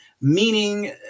meaning